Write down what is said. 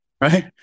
Right